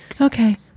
Okay